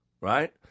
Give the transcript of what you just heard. Right